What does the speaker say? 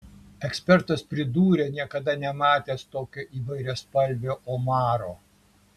ekspertas pridūrė niekada nematęs tokio įvairiaspalvio omaro